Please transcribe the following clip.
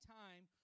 time